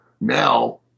Now